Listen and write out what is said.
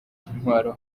intwaro